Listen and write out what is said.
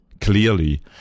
Clearly